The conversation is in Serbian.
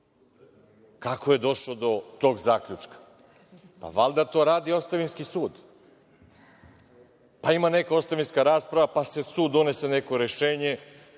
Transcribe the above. kako je došao do tog zaključka. Valjda to radi ostavinski sud, pa ima neka ostavinska rasprava, pa sud donese neko rešenje,